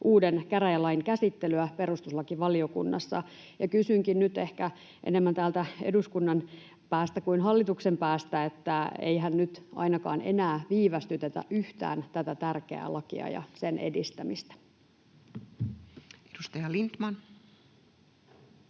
uuden käräjälain käsittelyä perustuslakivaliokunnassa. Kysynkin nyt ehkä enemmän täältä eduskunnan kuin hallituksen päästä: eihän nyt ainakaan enää viivästytetä yhtään tätä tärkeää lakia ja sen edistämistä? [Speech 39]